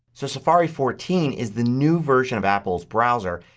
so safari fourteen is the new version of apple's browser.